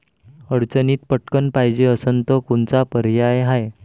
अडचणीत पटकण पायजे असन तर कोनचा पर्याय हाय?